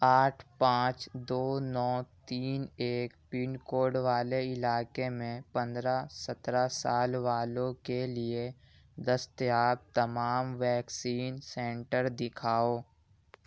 آٹھ پانچ دو نو تین ایک پن کوڈ والے علاقے میں پندرہ سترہ سال والوں کے لیے دستیاب تمام ویکسین سنٹر دکھاؤ